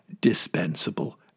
dispensable